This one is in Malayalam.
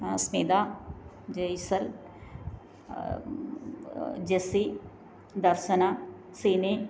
സ്മിത ജയ്സൽ ജെസ്സി ദർശന സിനി